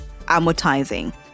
amortizing